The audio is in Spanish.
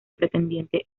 pretendiente